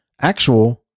actual